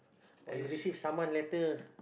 or you receive saman letter